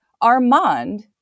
Armand